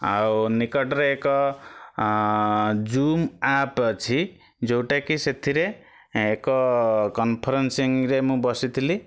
ଆଉ ନିକଟରେ ଏକ ଜୁମ୍ ଆପ୍ ଅଛି ଯେଉଁଟା କି ସେଥିରେ ଏକ କନଫର୍ସିଙ୍ଗ ରେ ମୁଁ ବସିଥିଲି